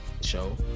show